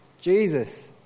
Jesus